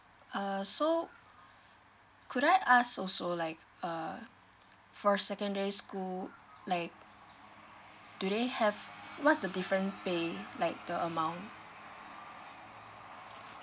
err so could I ask also like err for secondary school like do they have what's the different pay like the amount